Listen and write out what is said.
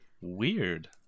weird